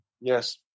Yes